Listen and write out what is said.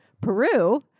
Peru